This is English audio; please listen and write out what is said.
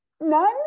none